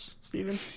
Stephen